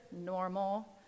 normal